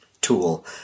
Tool